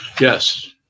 Yes